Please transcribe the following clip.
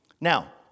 Now